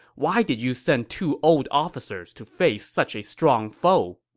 why did you send two old officers to face such a strong foe?